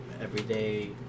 everyday